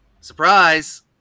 Surprise